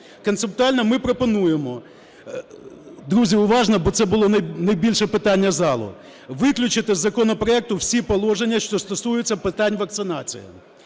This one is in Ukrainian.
Концептуально ми пропонуємо (друзі, уважно, бо це було найбільше питання залу) виключити з законопроекту всі положення, що стосуються питань вакцинації.